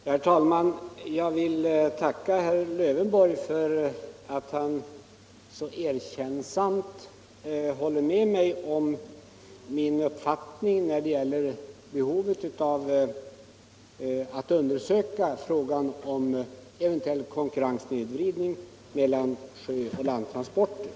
Herr talman! Jag vill tacka herr Lövenborg för att han så erkännsamt delar min uppfattning när det gäller behovet av att undersöka frågan om en eventuell konkurrenssnedvridning mellan sjöoch landtransporter.